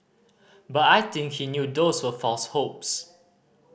but I think he knew those were false hopes